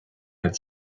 had